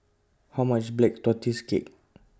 How much IS Black Tortoise Cake